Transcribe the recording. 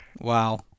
Wow